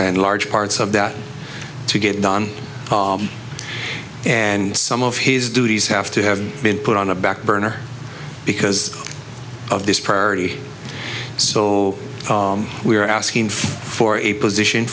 and large parts of that to get done and some of his duties have to have been put on a back burner because of this party so we are asking for a position